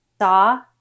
saw